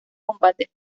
combates